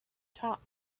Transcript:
top